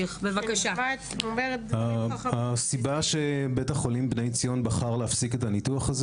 הסיבה שבית החולים בני ציון בחר להפסיק את הניתוח היא